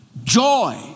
Joy